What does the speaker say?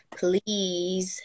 please